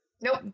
Nope